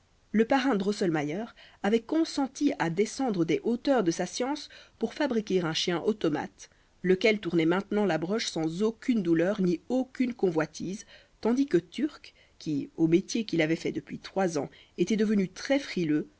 le parrain drosselmayer avait consenti à descendre des hauteurs de sa science pour fabriquer un chien automate lequel tournait maintenant la broche sans aucune douleur ni aucune convoitise tandis que turc qui au métier qu'il avait fait depuis trois ans était devenu très frileux